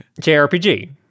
JRPG